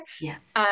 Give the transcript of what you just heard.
Yes